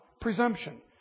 presumption